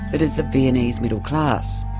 that is, the viennese middle class.